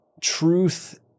truth